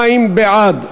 72 בעד,